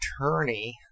attorney